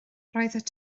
roeddet